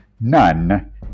None